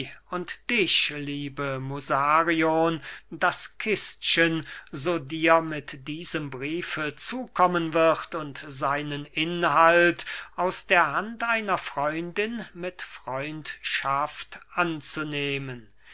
und dich liebe musarion das kistchen so dir mit diesem briefe zukommen wird und seinen inhalt aus der hand einer freundin mit freundschaft anzunehmen